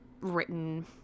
written